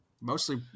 Mostly